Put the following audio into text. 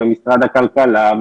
ומשרד הכלכלה,